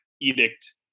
edict